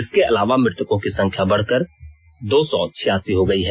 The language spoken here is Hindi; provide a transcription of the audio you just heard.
इसके अलावा मृतकों की संख्या बढ़कर दो ँ सौ छियासी हो गई है